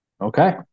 Okay